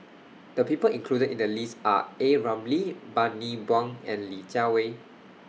The People included in The list Are A Ramli Bani Buang and Li Jiawei